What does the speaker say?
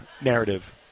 narrative